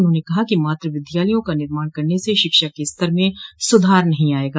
उन्होंने कहा कि मात्र विद्यालयों का निर्माण करने से शिक्षा के स्तर में सुधार नहीं आयेगा